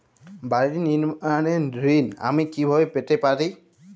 বাড়ি নির্মাণের ঋণ আমি কিভাবে পেতে পারি?